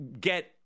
get